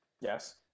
Yes